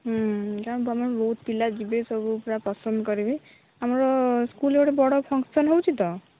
ହୁଁ କାରଣ ଆମର ବହୁତ ପିଲା ଯିବେ ସବୁ ପୁରା ପସନ୍ଦ କରିବେ ଆମର ସ୍କୁଲରେ ଗୋଟେ ବଡ଼ ଫଙ୍କସନ୍ ହେଉଛି ତ